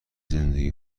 زندگی